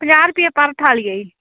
ਪੰਜਾਹ ਰੁਪਏ ਪਰ ਥਾਲੀ ਹੈ ਜੀ